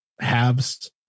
halves